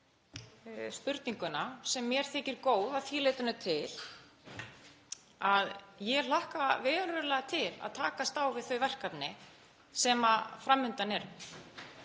spurninguna sem mér þykir góð að því leytinu til að ég hlakka verulega til að takast á við þau verkefni sem fram undan eru.